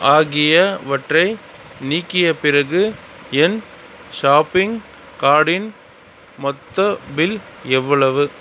ஆகியவற்றை நீக்கிய பிறகு என் ஷாப்பிங் காடின் மொத்த பில் எவ்வளவு